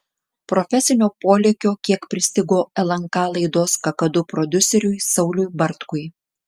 profesinio polėkio kiek pristigo lnk laidos kakadu prodiuseriui sauliui bartkui